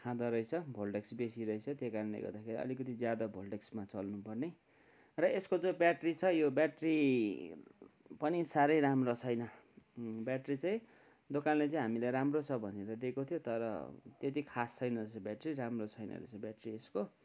खाँदो रहेछ भोल्टेज बेसी रहेछ त्यही कारणले गर्दाखेरि अलिकति ज्यादा भोल्टेजमा चल्नुपर्ने र यसको जो ब्याटेरी छ यो ब्याटेरी पनि साह्रै राम्रो छैन ब्याटेरी चाहिँ दोकानले चाहिँ हामीलाई राम्रो भनेर दिएको थियो तर त्यति खास छैन रेहछ ब्याटेरी राम्रो छैन रहेछ ब्याटेरी यसको